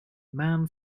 man